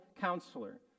Counselor